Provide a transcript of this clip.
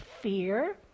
fear